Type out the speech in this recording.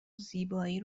زیبایی